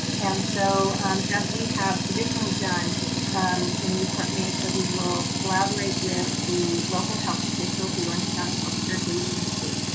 and so as we have traditionally done in newport-mesa, we will collaborate with the local health officials, the orange county healthcare agency.